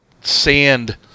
sand